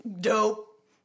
Dope